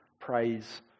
praise